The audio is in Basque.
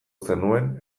zenuen